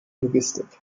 logistik